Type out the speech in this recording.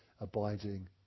abiding